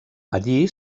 allí